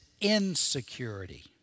insecurity